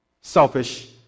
Selfish